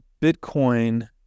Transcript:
Bitcoin